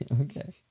Okay